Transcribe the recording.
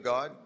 God